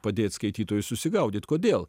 padėt skaitytojui susigaudyt kodėl